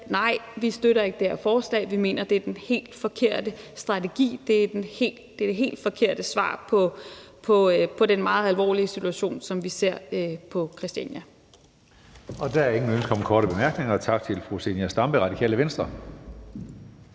vi ikke støtter det her forslag. Vi mener, at det er den helt forkerte strategi, og at det er det helt forkerte svar på den meget alvorlige situation, som vi ser på Christiania. Kl. 16:56 Tredje næstformand (Karsten Hønge): Der er ingen ønsker om korte bemærkninger. Tak til fru Zenia Stampe, Radikale Venstre.